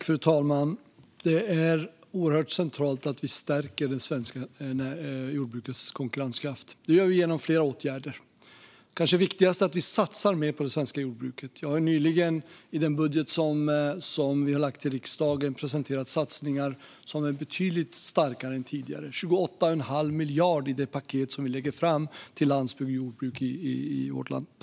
Fru talman! Det är oerhört centralt att vi stärker det svenska jordbrukets konkurrenskraft. Detta gör vi genom flera åtgärder. Det kanske viktigaste är att vi satsar mer på det svenska jordbruket. Jag har nyligen, i den budget som vi har lagt fram till riksdagen, presenterat satsningar som är betydligt starkare än tidigare. Det rör sig om 28 1⁄2 miljard till landsbygd och jordbruk i vårt land i det paket som vi lägger fram.